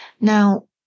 Now